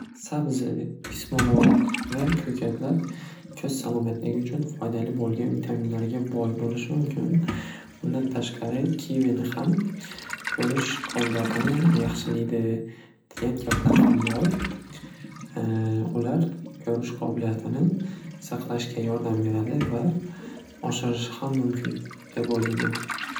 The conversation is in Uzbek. Sabzi ismaloq va ko'katlar ko'z salomatligi uchun foydali bo'lgan vitaminlarga boy bo'lishi mumkin. Undan tashqari kiwini ham ko'rish qobiliyatini yaxshilidi digan gaplar ham bor. Ular ko'rish qobiliyatini saqlashga yordam beradi va oshirishi ham mumkin.